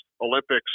Olympics